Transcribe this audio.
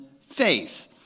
faith